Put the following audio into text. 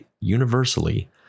universally